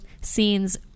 scenes